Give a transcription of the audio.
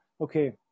okay